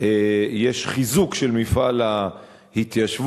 יש חיזוק של מפעל ההתיישבות.